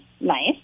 Nice